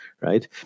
right